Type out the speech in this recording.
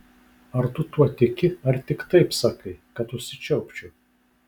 ar tu tuo tiki ar tik taip sakai kad užsičiaupčiau